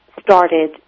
started